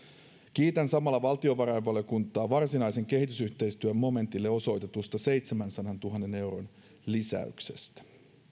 kiitän samalla valtiovarainvaliokuntaa varsinaisen kehitysyhteistyön momentille osoitetusta seitsemänsadantuhannen euron lisäyksestä